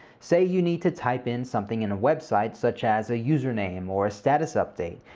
say you need to type in something in a website, such as a username or a status update,